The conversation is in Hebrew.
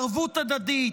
ערבות הדדית,